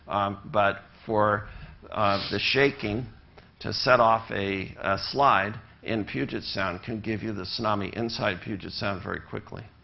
but for the shaking to set off a slide in puget sound can give you the tsunami inside puget sound very quickly.